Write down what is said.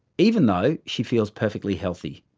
even though she feels perfectly healthy.